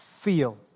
feel